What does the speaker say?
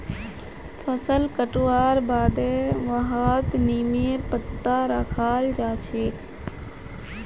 फसल कटवार बादे वहात् नीमेर पत्ता रखाल् जा छे